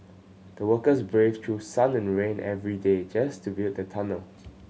the workers braved through sun and rain every day just to build the tunnel